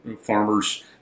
farmers